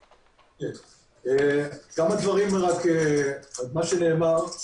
כמה דברים על מה שנאמר.